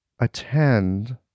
Attend